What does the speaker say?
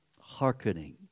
hearkening